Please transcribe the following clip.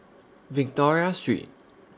Victoria Street